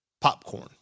popcorn